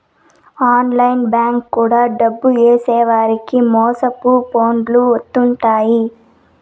online bank గుండా డబ్బు ఏసేవారికి మోసపు ఫోన్లు వత్తుంటాయి